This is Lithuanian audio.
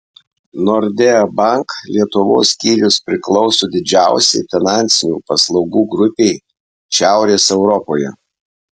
nordea bank lietuvos skyrius priklauso didžiausiai finansinių paslaugų grupei šiaurės europoje